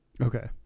Okay